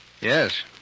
Yes